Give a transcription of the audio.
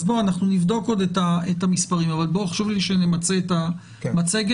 נבדוק עוד את המספרים אבל חשוב לי שנמצה את המצגת.